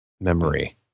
memory